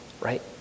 right